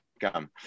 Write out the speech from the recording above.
come